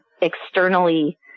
externally